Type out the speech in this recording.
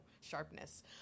sharpness